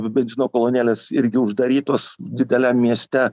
benzino kolonėlės irgi uždarytos dideliam mieste